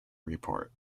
report